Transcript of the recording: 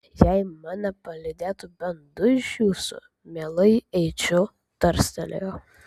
jei mane palydėtų bent du iš jūsų mielai eičiau tarstelėjo